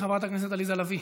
חברת הכנסת עליזה לביא,